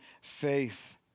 faith